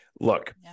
Look